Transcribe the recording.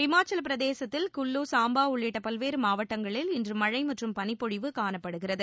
ஹிமாச்சல பிரதேசத்தில் குல்லு சாம்பா உள்ளிட்ட பல்வேறு மாவட்டங்களில் இன்று மழழ மற்றும் பனிப்பொழிவு காணப்படுகிறது